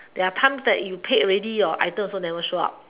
there are times that you paid already your items also never show up